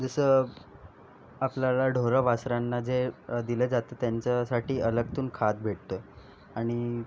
जसं आपल्याला ढोरावासरांना जे दिलं जातं त्यांच्यासाठी अलगतून खाद भेटतं आणि